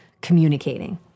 communicating